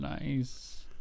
nice